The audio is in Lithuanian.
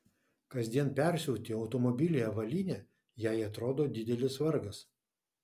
kasdien persiauti automobilyje avalynę jei atrodo didelis vargas